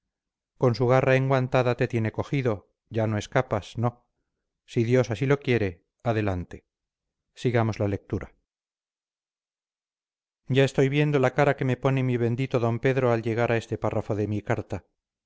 con su garra enguantada te tiene cogido ya no escapas no si dios así lo quiere adelante sigamos la lectura ya estoy viendo la cara que me pone mi bendito d pedro al llegar a este párrafo de mi carta